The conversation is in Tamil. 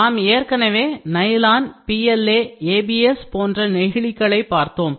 நாம் ஏற்கனவே நைலான் PLA ABS போன்ற நெகிழிகளை பார்த்தோம்